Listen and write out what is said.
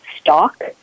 stock